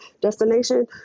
destination